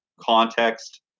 context